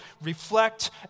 reflect